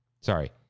Sorry